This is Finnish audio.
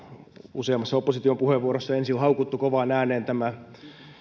useammassa opposition puheenvuorossa ensin on haukuttu kovaan ääneen tämä